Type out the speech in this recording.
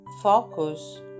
focus